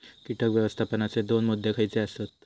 कीटक व्यवस्थापनाचे दोन मुद्दे खयचे आसत?